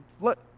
look